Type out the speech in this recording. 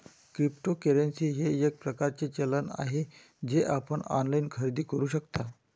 cryptocurrency हे एक प्रकारचे चलन आहे जे आपण ऑनलाइन खरेदी करू शकता